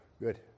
Good